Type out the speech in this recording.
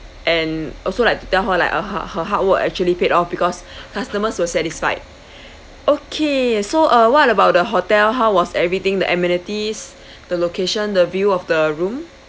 and also like to tell her like a h~ her hard work actually paid off because customers were satisfied okay so uh what about the hotel how was everything the amenities the location the view of the room